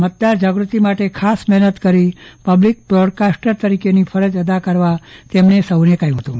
મતદાર જાગૃતિ માટે ખાસ મહેનત કરી પબ્લિક બ્રોડકાસ્ટર તરીકેની ફરજ અદા કરવા તેમણે સૌને કહ્યું હતું